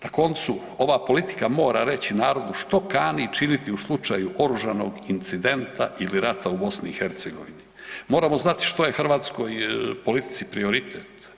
Na koncu, ova politika mora reći narodu što kani činiti u slučaju oružanog incidenta ili rata u BiH, moramo znati što je hrvatskoj politici prioritet.